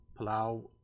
Palau